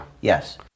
Yes